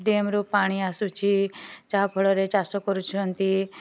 ଡ୍ୟାମ୍ରୁ ପାଣି ଆସୁଛି ଯାହାଫଳରେ ଚାଷ କରୁଛନ୍ତି